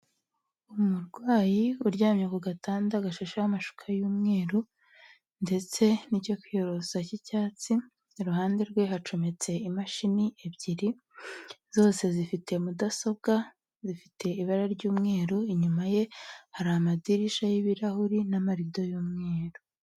Umurwayi uryamye ku gatanda gashasheho amashuka y'umweru, ndetse n'icyo kwiyorosa cy'icyatsi, iruhande rwe hacometse imashini ebyiri, zose zifite Mudasobwa, zifite ibara ry'umweru, inyuma ye hari amadirishya y'ibirahuri n'amarido y'umweru.